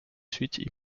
suite